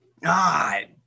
God